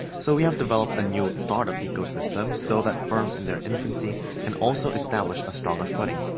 so we have developed a new startup eco-system so that firms in their infancy can also establish a stronger footing.